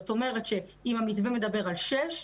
זאת אומרת שאם המתווה מדבר על שש,